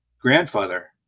grandfather